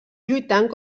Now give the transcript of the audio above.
lluitant